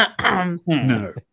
No